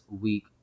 week